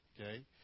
okay